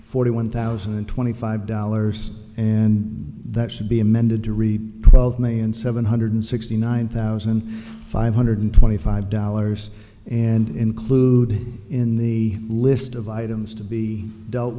forty one thousand and twenty five dollars and that should be amended to read twelve million seven hundred sixty nine thousand five hundred twenty five dollars and included in the list of items to be dealt